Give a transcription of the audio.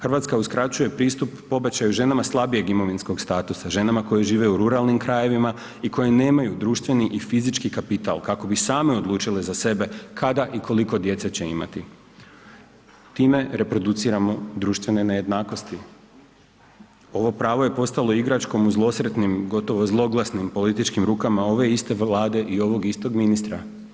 Hrvatska uskraćuje pristup pobačaju ženama slabijeg imovinskog statusa, ženama koje žive u ruralnim krajevima i koji nemaju društveni i fizički kapital kako bi sami odlučili za sebe kada i koliko djece će imati, time reproduciramo društvene nejednakosti, ovo pravo je postalo igračkom u zlosretnim, gotovo zloglasnim političkim rukama ove iste Vlade i ovog istog ministra.